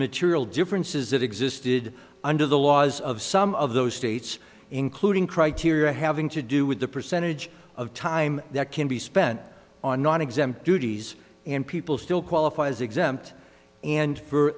material differences that existed under the laws of some of those states including criteria having to do with the percentage of time that can be spent on nonexempt duties and people still qualify a